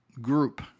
Group